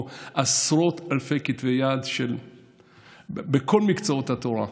עשרות אלפי כתבי יד בכל מקצועות התורה.